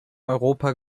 europa